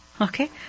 Okay